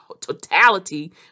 totality